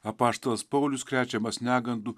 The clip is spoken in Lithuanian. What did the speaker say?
apaštalas paulius krečiamas negandų